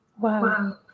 Wow